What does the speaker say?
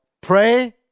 Pray